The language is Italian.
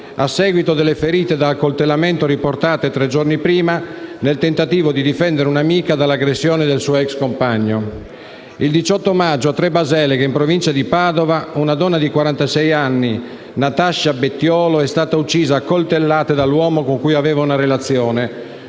a seguito delle ferite da accoltellamento riportate, tre giorni prima, nel tentativo di difendere un'amica dall'aggressione del suo ex compagno. Il 18 maggio a Trebaseleghe, in provincia di Padova, una donna di quarantasei anni, Natasha Bettiolo, è stata uccisa a coltellate dall'uomo con cui aveva una relazione.